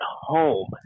home